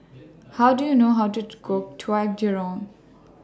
How Do YOU know How to Cook Kwetiau Goreng